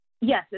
Yes